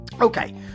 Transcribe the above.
Okay